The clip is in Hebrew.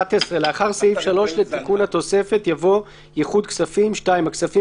11.לאחר סעיף 3 לתיקון התוספת יבוא: "ייחוד כספים 2.הכספים